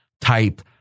type